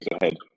ahead